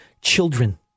children